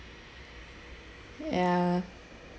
ya